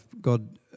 God